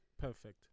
perfect